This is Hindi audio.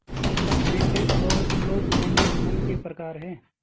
ओपन एंडेड और क्लोज एंडेड फंड के प्रकार हैं